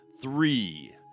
three